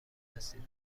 رسیده